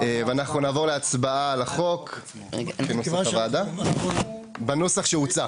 אנחנו נעבור להצבעה על החוק בנוסח שהוצע.